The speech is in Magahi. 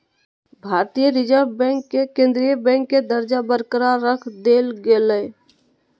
भारतीय रिज़र्व बैंक के केंद्रीय बैंक के दर्जा बरकरार रख देल गेलय